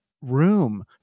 room